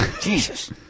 Jesus